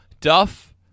duff